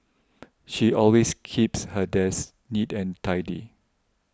she always keeps her desk neat and tidy